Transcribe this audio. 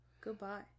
Goodbye